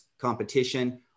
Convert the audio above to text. Competition